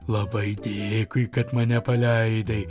labai dėkui kad mane paleidai